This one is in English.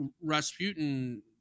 Rasputin